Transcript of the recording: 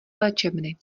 léčebny